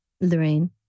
Lorraine